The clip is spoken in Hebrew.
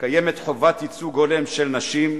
קיימת חובת ייצוג הולם של נשים,